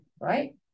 Right